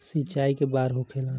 सिंचाई के बार होखेला?